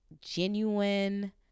genuine